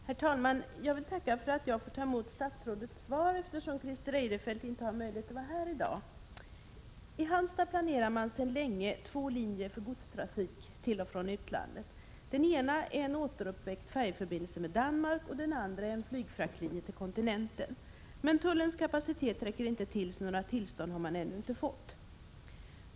Herr talman! Jag vill tacka för att jag får ta emot statsrådets svar, eftersom Christer Eirefelt inte har möjlighet att vara här i dag. I Halmstad planerar man sedan länge två linjer för godstrafik till och från utlandet. Den ena är en återuppväckt färjeförbindelse med Danmark, och den andra är en flygfraktlinje till kontinenten. Men tullens kapacitet räcker inte till, så några tillstånd har man ännu inte fått.